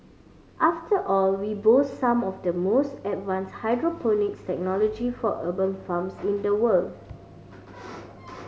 after all we boast some of the most advanced hydroponics technology for urban farms in the world